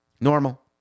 Normal